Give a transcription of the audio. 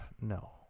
No